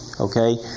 okay